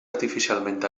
artificialment